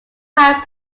tie